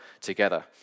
together